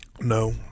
No